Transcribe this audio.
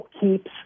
keeps –